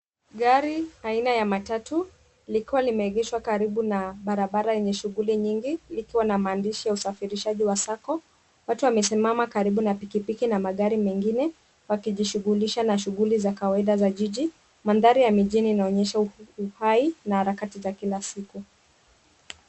Gari aina ya matatu likiwa limeegeshwa karibu na barabara yenye shughuli nyingi likiwa naa maandishi ya usafirishaji wa Sacco. Watu wamesimama karibu na pikipiki na magari mengine wakijishughulisha na shughuli za kawaida za jiji. Mandhari ya mjini yanaonyesha uhai na harakati za Kila siku.